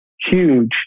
huge